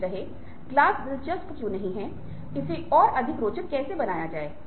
इसलिए हमारी बातचीत उपयोगी और आभारी हो सकती है